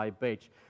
Beach